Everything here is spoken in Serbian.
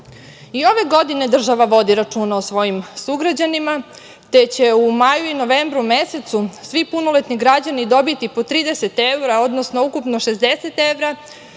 ove godine država vodi računa o svojim sugrađanima, te će u maju i novembru mesecu svi punoletni građani dobiti po 30 evra, odnosno ukupno 60 evra,